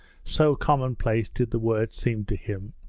so commonplace did the words seem to him.